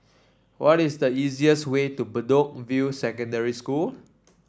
what is the easiest way to Bedok View Secondary School